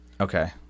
Okay